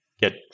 get